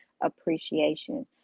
appreciation